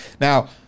Now